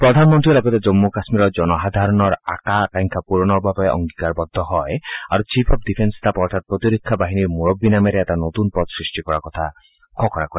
প্ৰধানমন্ত্ৰীয়ে লগতে জম্মু কাশ্মীৰৰ জনসাধাৰণৰ আশা আকাংক্ষা পুৰণৰ অংগীকাৰবদ্ধ হয় আৰু চীফ অব্ ডিফেল ষ্টাফ অৰ্থাৎ প্ৰতিৰক্ষা বাহিনীৰ মূৰববী নামেৰে এটা নতুন পদ সৃষ্টি কৰাৰ কথা ঘোষণা কৰে